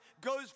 goes